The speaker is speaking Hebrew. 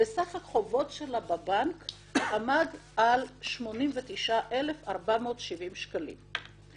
סך החובות שלה בבנק עמד על 89,470 שקלים.